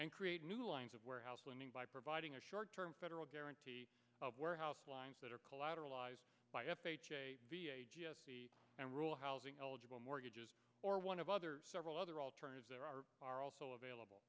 and create new lines of warehouse winning by providing a short term federal guarantee of warehouse lines that are collateralized by general housing eligible mortgages or one of other several other alternatives there are are also available